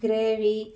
gravy